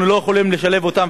אנחנו לא יכולים לשלב אותן,